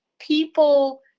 people